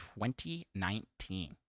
2019